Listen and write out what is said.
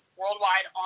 worldwide